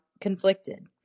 conflicted